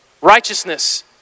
righteousness